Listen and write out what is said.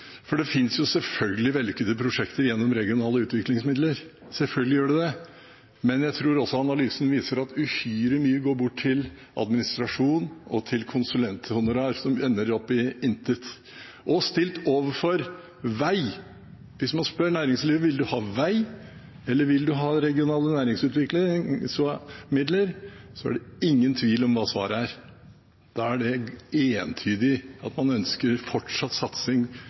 Det finnes selvfølgelig vellykkede prosjekter gjennom regionale utviklingsmidler – selvfølgelig gjør det det. Men jeg tror også analysen viser at uhyre mye går bort til administrasjon og til konsulenthonorar som ender opp i intet. Og hvis man spør næringslivet: Vil du ha vei, eller vil du ha regionale næringsutviklingsmidler, er det ingen tvil om hva svaret er. Da er det entydig at man ønsker fortsatt satsing